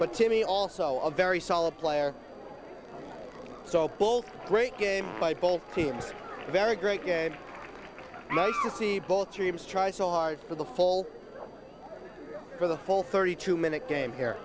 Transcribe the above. but to me also a very solid player so full great game by both teams very great to see both teams try so hard for the fall for the whole thirty two minute game here